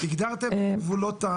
הגדרתם גבולות?